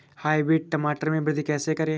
Hybrid टमाटर में वृद्धि कैसे करें?